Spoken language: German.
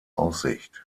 aussicht